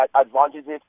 advantages